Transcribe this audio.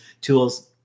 tools